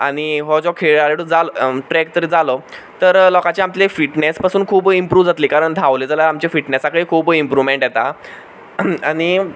आनी हो जर खेळाडू ट्रॅक तरी जालो तर लोकांची आमचें फिटनस पासून खूब इम्प्रूव जातलें कारण धांवलें जाल्यार आमच्या फिटनसाकूय खूब इम्प्रुवमेंट येता आनी